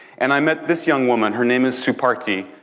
and i met this young woman, her name is supartie.